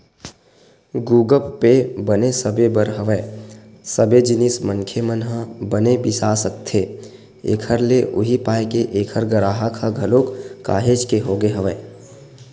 गुगप पे बने सबे बर हवय सबे जिनिस मनखे मन ह बने बिसा सकथे एखर ले उहीं पाय के ऐखर गराहक ह घलोक काहेच के होगे हवय